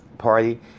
party